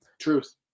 truth